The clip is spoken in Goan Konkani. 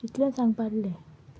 तितलें सांगपाचें आसलें